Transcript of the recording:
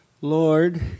Lord